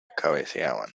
cabeceaban